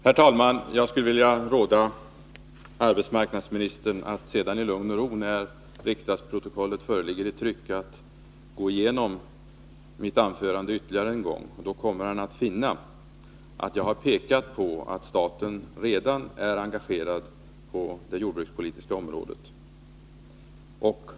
Herr talman! Jag skulle vilja råda arbetsmarknadsministern att sedan, när riksdagsprotokollet föreligger i tryck, i lugn och ro gå igenom mitt anförande ytterligare en gång. Då kommer han att finna att jag har pekat på att staten redan är engagerad på det jordbrukspolitiska området.